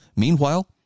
Meanwhile